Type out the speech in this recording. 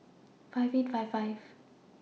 five eight five five